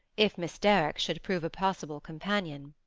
if miss derrick should prove a possible companion.